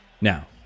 Now